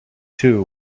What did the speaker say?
too